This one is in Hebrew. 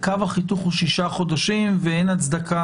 קו החיתוך הוא שישה חודשים ואין הצדקה